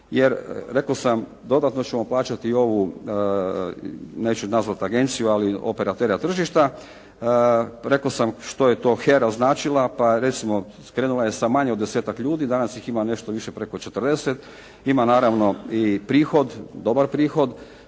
Jer rekao sam dodatno ćemo plaćati ovu neću nazvati agenciju, ali operatera tržišta. Rekao sam što je to "Hera" značila pa recimo krenula je sa manje od desetak ljudi, danas ih ima nešto više preko 40. Ima naravno i prihod, dobar prihod